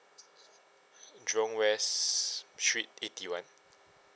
jurong west street eighty one